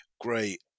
great